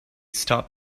stop